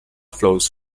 flows